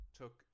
took